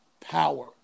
power